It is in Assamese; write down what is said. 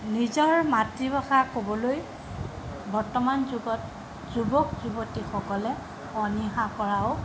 নিজৰ মাতৃভাষা ক'বলৈ বৰ্তমান যুগত যুৱক যুৱতীসকলে অনীহা কৰাও